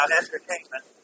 entertainment